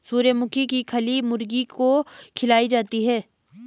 सूर्यमुखी की खली मुर्गी को खिलाई जाती है